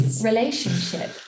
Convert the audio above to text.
Relationship